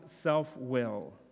self-will